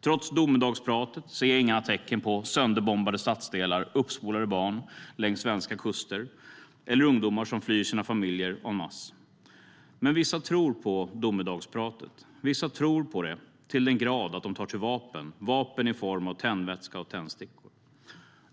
Trots domedagspratet ser jag inga tecken på sönderbombade stadsdelar, uppspolade barn längs svenska kuster eller ungdomar som flyr sina familjer en masse. Men vissa tror på domedagspratet. Vissa tror på det till den grad att de tar till vapen, vapen i form av tändvätska och tändstickor.